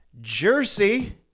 jersey